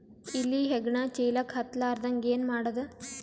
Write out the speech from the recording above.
ಇಲಿ ಹೆಗ್ಗಣ ಚೀಲಕ್ಕ ಹತ್ತ ಲಾರದಂಗ ಏನ ಮಾಡದ?